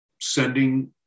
sending